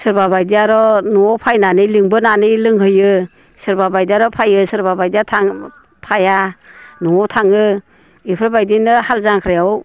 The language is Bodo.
सोरबाबायदिया आरो न'आव फैयनानै लिंबोनानै लोंहोयो सोरबाबायदियार' फेयो सोरबा बायदिया थांफाया न'आव थाङो बेफोरबायदिनो हाल जांख्रायाव